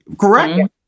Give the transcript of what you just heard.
correct